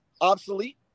obsolete